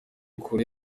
kure